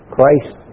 Christ